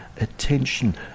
attention